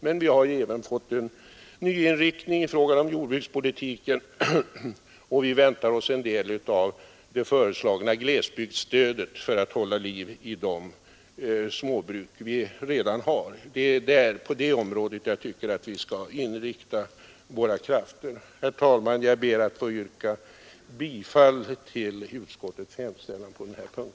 Men vi har ju nu fått en nyinriktning av jordbrukspolitiken och väntar oss en del av det s.k. glesbygdsstödet för att hålla liv i de småbruk som redan finns. Det är på det området vi i första hand skall inrikta de ekonomiska resurserna. Herr talman! Jag ber att få yrka bifall till utskottets hemställan på denna punkt.